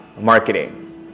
marketing